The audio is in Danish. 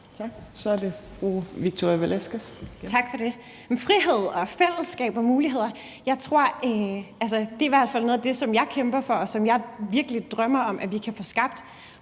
Kl. 18:12 Victoria Velasquez (EL): Tak for det. Frihed, fællesskab og muligheder er i hvert fald noget af det, som jeg kæmper for, og som jeg virkelig drømmer om at vi kan få skabt.